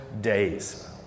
days